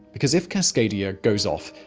because if cascadia goes off,